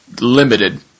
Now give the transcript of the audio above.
Limited